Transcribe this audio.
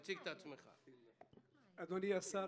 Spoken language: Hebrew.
אדוני השר,